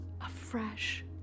afresh